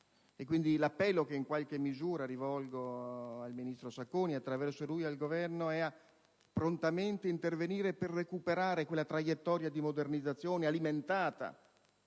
l'appello che in qualche misura rivolgo al ministro Sacconi e, attraverso lui, al Governo è di intervenire prontamente per recuperare quella traiettoria di modernizzazione alimentata